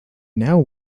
now